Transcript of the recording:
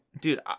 dude